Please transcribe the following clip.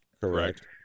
Correct